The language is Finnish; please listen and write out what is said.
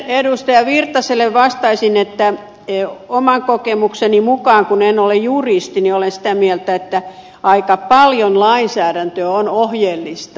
erkki virtaselle vastaisin että oman kokemukseni mukaan kun en ole juristi olen sitä mieltä että aika paljon lainsäädäntö on ohjeellista